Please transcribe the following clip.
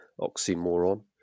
oxymoron